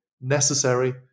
necessary